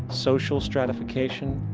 social stratification,